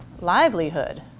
livelihood